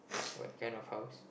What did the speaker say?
what kind of house